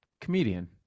comedian